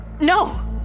No